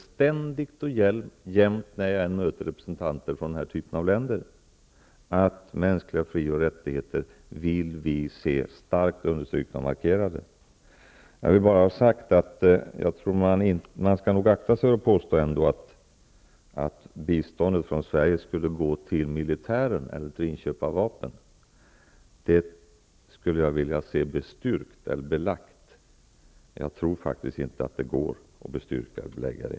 Ständigt och jämt när jag möter representanter för denna typ av länder framför jag att vi vill se att man understryker mänskliga fri och rättigheter. Man skall nog akta sig för att påstå att biståndet från Sverige skulle gå till militären eller till inköp av vapen. Det skulle jag vilja se bestyrkt eller belagt. Jag tror inte att det går att bestyrka eller belägga det.